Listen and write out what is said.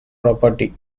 property